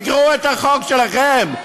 תקראו את החוק שלכם,